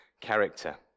character